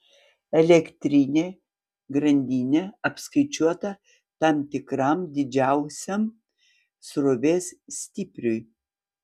elektrinė grandinė apskaičiuota tam tikram didžiausiam srovės stipriui